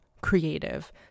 creative